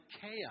chaos